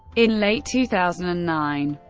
in late two thousand and nine,